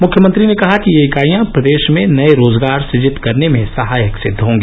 मुख्यमंत्री ने कहा कि ये इकाइयां प्रदेश में नए रोजगार सुजित करने में सहायक सिद्व होगी